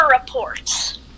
reports